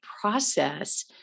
process